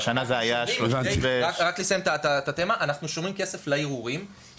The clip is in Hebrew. רק כדי לסיים: אנחנו שומרים כסף לערעורים כי